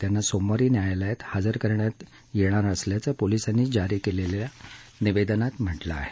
त्यांना सोमवारी न्यायालयानं हजर करणार असल्याचं पोलिसांनी जारी केलेल्या निवेदनात म्हटलं आहे